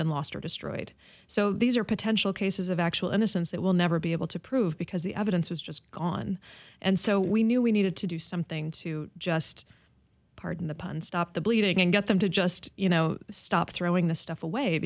been lost or destroyed so these are potential cases of actual innocence that will never be able to prove because the evidence is just gone and so we knew we needed to do something to just pardon the pun stop the bleeding and get them to just you know stop throwing the stuff away